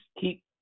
keep